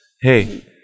Hey